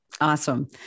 Awesome